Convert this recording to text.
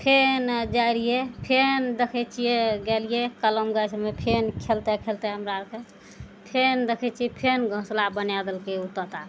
फेन जाइ रहियइ फेन देखय छियै गेलियइ कलम गाछमे फेन खेलते खेलते हमरा अरके फेन देखय छियै फेन घोसला बना देलकइ ओ तोता